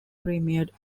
premiered